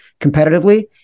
competitively